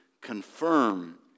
confirm